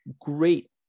great